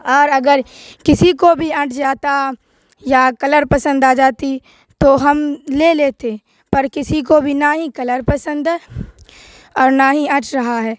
اور اگر کسی کو بھی اٹ جاتا یا کلر پسند آ جاتی تو ہم لے لیتے پر کسی کو بھی نہ ہی کلر پسند ہے اور نہ ہی اٹ رہا ہے